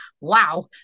wow